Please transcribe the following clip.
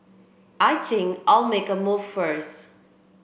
I think I'll make a move first